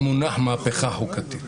מהפכה חוקתית.